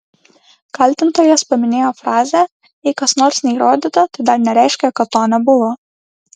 kaltintojas paminėjo frazę jei kas nors neįrodyta tai dar nereiškia kad to nebuvo